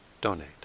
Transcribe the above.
donate